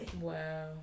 Wow